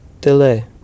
delay